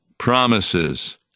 promises